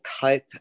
cope